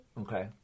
Okay